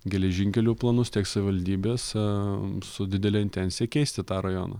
geležinkelių planus tiek savivaldybės su didele intencija keisti tą rajoną